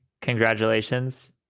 congratulations